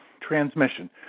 transmission